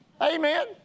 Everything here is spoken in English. Amen